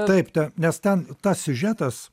taip ta nes ten tas siužetas